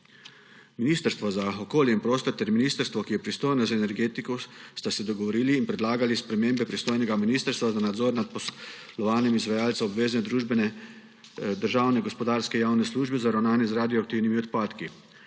Ministrstvo za okolje in prostor ter ministrstvo, ki je pristojno za energetiko, sta se dogovorili in predlagali spremembe pristojnega ministrstva za nadzor nad poslovanjem izvajalca obvezne državne gospodarske javne službe za ravnanje z radioaktivnimi odpadki.